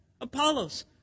Apollos